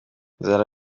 inzara